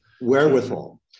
wherewithal